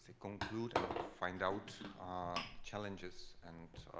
ah conclude and find out challenges and